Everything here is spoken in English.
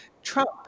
Trump